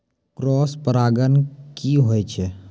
Cross परागण की होय छै?